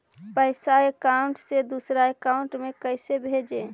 पैसा अकाउंट से दूसरा अकाउंट में कैसे भेजे?